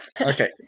okay